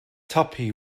tuppy